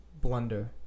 blunder